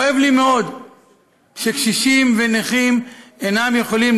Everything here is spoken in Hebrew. כואב לי מאוד שקשישים ונכים אינם יכולים